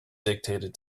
dictated